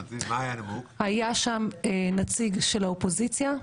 היה שם נציג האופוזיציה.